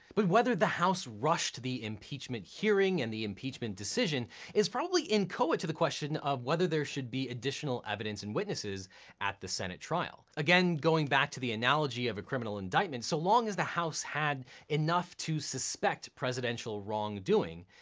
but whether the house rushed the impeachment hearing and the impeachment decision is probably inchoate to to the question of whether there should be additional evidence and witnesses at the senate trial. again, going back to the analogy of a criminal indictment, so long as the house had enough to suspect presidential wrongdoing,